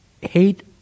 hate